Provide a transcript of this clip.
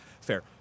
fair